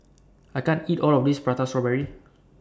I can't eat All of This Prata Strawberry